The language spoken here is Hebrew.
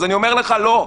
אז אני אומר לך: לא,